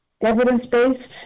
evidence-based